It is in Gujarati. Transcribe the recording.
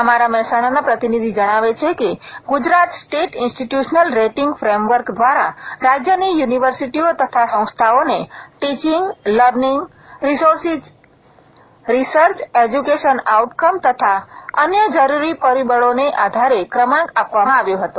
અમારા મહેસાણાના પ્રતિનિધિ જણાવે છે કે Gujarat state institutional rating framework દ્વારા રાજ્યની યુનિવર્સિટીઓ તથા સંસ્થાઓને teaching learning resources research education outcome તથા અન્ય જરૂરી પરિબળોને આધારે ક્રમાંક આપવામાં આવ્યો હતો